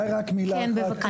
אולי רק מילה אחת.